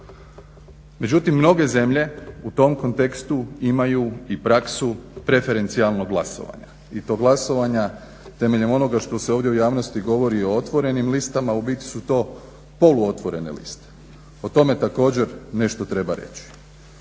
Međutim, mnoge zemlje u tom kontekstu imaju i praksu preferencijalnog glasovanja. I to glasovanja temeljem onoga što se ovdje u javnosti govori o otvorenim listama, a u biti su to polu-otvorene liste. O tome također nešto treba reći.